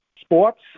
sports